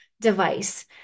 device